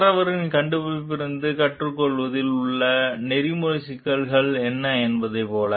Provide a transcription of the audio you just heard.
மற்றவர்களின் கண்டுபிடிப்பிலிருந்து கற்றுக்கொள்வதில் உள்ள நெறிமுறை சிக்கல்கள் என்ன என்பதைப் போல